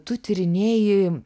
tu tyrinėji